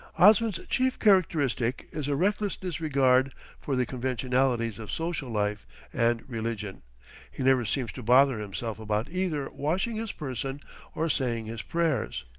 osman's chief characteristic is a reckless disregard for the conventionalities of social life and religion he never seems to bother himself about either washing his person or saying his prayers.